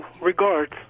regards